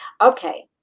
Okay